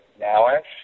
now-ish